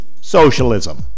Socialism